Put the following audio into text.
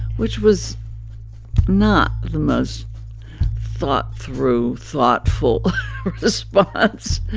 which was not the most thought-through, thoughtful response,